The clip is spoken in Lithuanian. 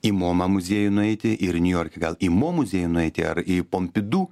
į moma muziejų nueiti ir niujorke gal į mo muziejų nueiti ar į pompidu